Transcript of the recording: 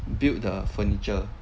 build the furniture